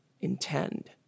intend